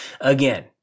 Again